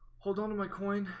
hold on to my coin